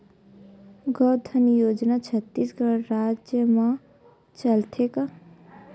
गौधन योजना छत्तीसगढ़ राज्य मा चलथे का?